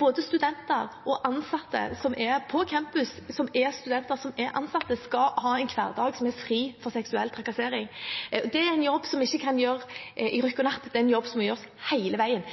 Både studenter og ansatte på campus skal ha en hverdag som er fri for seksuell trakassering. Det er en jobb som ikke kan gjøres i rykk og napp, det er en jobb som må gjøres hele veien.